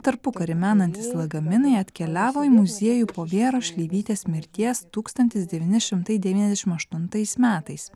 tarpukarį menantys lagaminai atkeliavo į muziejų po vyro šleivytės mirties tūkstantis devyni šimtai devyniasdešim aštuntais metais